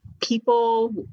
people